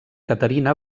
caterina